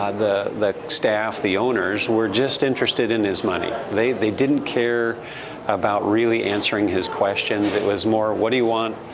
ah the the staff, the owners, were just interested in his money. they they didn't care about really answering his questions. it was more, what do you want?